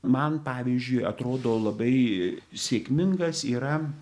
man pavyzdžiui atrodo labai sėkmingas yra